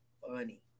funny